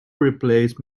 replace